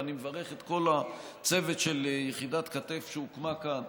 ואני מברך את כל הצוות של יחידת כת"ף שהוקמה כאן,